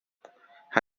ha